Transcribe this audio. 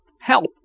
help